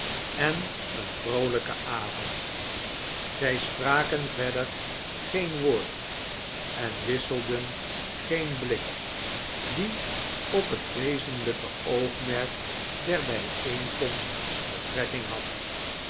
en een vroolijke avond zij spraken verder geen woord en wisselden geen blik die op het wezenlijke oogmerk der bijeenkomst betrekking had